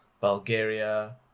bulgaria